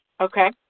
Okay